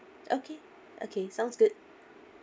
okay okay sounds good